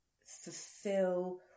fulfill